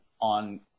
on